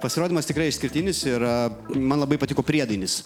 pasirodymas tikrai išskirtinis ir man labai patiko priedainis